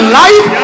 life